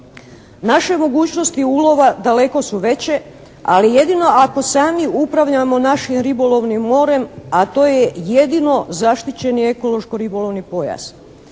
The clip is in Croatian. Naše mogućnosti ulova daleko su veće ali jedino ako sami upravljamo našim ribolovnim morem a to je jedino zaštićeni ekološko-ribolovni pojas.